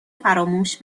فراموش